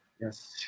Yes